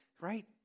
right